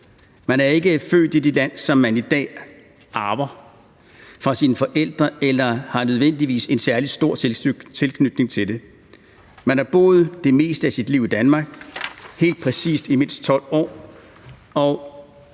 Man er ikke født i det land, som man i dag arver fra sine forældre, og har ikke nødvendigvis en særlig stor tilslutning til det. Man har boet det meste af sit liv i Danmark, helt præcis i mindst 12 år,